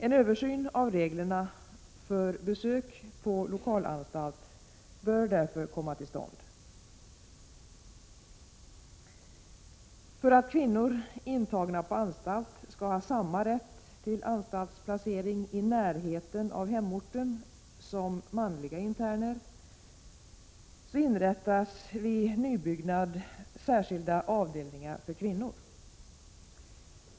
En översyn av reglerna för besök på lokalanstalt bör därför komma till stånd. För att kvinnor intagna på anstalt skall ha samma rätt till anstaltsplacering i närheten av hemorten som manliga interner inrättas vid nybyggnad särskilda avdelningar för kvinnor.